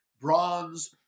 bronze